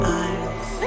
eyes